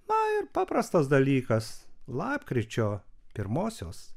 na ir paprastas dalykas lapkričio pirmosios